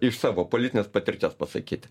iš savo politinės patirties pasakyti